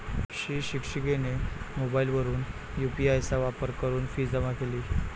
शिक्षिकेने मोबाईलवरून यू.पी.आय चा वापर करून फी जमा केली